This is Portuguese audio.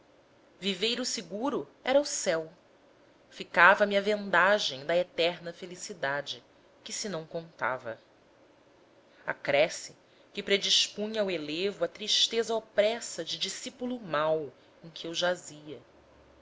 imaginação viveiro seguro era o céu ficava me a vendagem da eterna felicidade que se não contava acresce que predispunha ao enlevo a tristeza opressa de discípulo mau em que eu jazia